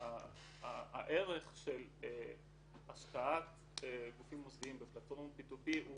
האמור בסעיף קטן זה לא